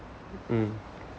mm